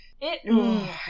It-